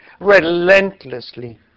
relentlessly